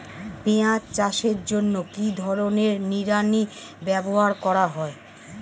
পিঁয়াজ চাষের জন্য কি ধরনের নিড়ানি ব্যবহার করা হয়?